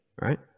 Right